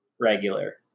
regular